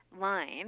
line